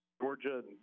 Georgia